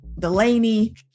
Delaney